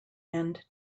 end